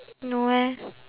no eh